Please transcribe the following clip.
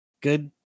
good